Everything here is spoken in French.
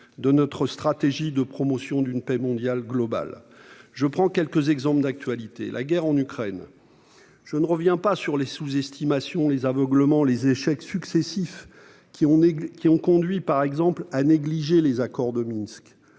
de notre stratégie de promotion d'une paix mondiale globale. Je prendrai quelques exemples d'actualité. Premier exemple : la guerre en Ukraine. Je ne reviendrai pas sur les sous-estimations, l'aveuglement et les échecs successifs qui ont conduit à négliger les accords de Minsk-